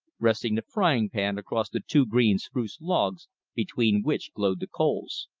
resting the frying pan across the two green spruce logs between which glowed the coals.